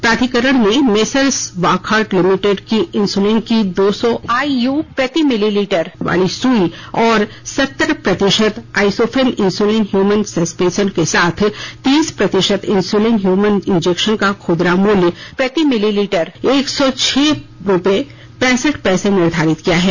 प्राधिकरण ने messrs Wockhardt limited की इन्सुलिन की दो सौ आईयू प्रति मिलीलीटर वाली सुई और सतर प्रतिशत आईसोफेन इन्सुलिन ह्यूमन सस्पेशन के साथ तीस प्रतिशत इन्सुलिन ह्यूमन इंजेक्शन का खुदरा मूल्य प्रति मिलीलीटर एक सौ छह रुपये पैसठ पैसे निर्धारित किया है